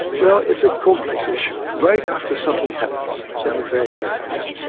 well, it's a complex issue. right after something happens, something very bad happens,